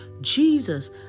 Jesus